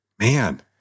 Man